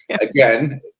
again